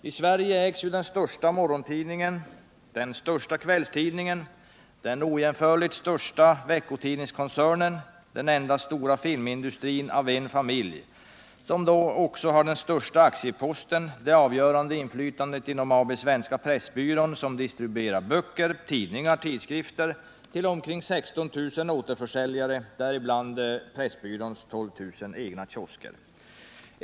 I Sverige ägs den största morgontidningen, den största kvällstidningen, den ojämförligt största veckotidningskoncernen och den enda stora filmindustrin av en familj, som därtill har den största aktieposten och det avgörande inflytandet inom AB Svenska Pressbyrån, som distribuerar böcker, tidningar och tidskrifter till omkring 16 000 återförsäljare, däribland Pressbyråns 12000 egna kiosker.